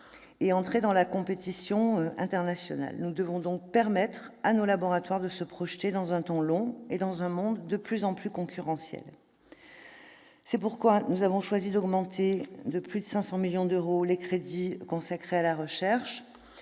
et entrer dans la compétition internationale. Nous devons permettre à nos laboratoires de se projeter dans un temps long et dans un monde de plus en plus concurrentiel. C'est pourquoi nous avons choisi d'augmenter de plus de 500 millions d'euros les crédits consacrés à la recherche,